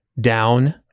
down